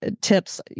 tips